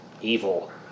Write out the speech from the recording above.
evil